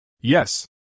Yes